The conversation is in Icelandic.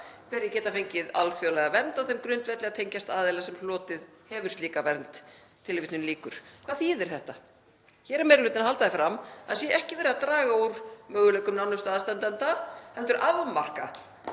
hverjir geta fengið alþjóðlega vernd á þeim grundvelli að tengjast aðila sem hlotið hefur slíka vernd.“ Hvað þýðir þetta? Hér er meiri hlutinn að halda því fram að það sé ekki verið að draga úr möguleikum nánustu aðstandenda heldur afmarka